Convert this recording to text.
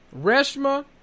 Reshma